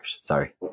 Sorry